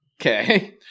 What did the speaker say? Okay